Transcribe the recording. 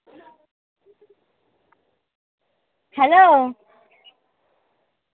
hello